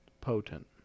potent